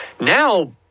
now